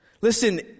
Listen